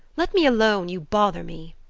let me alone you bother me.